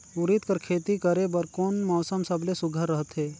उरीद कर खेती करे बर कोन मौसम सबले सुघ्घर रहथे?